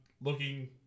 looking